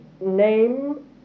name